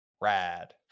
Rad